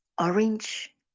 orange